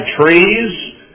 trees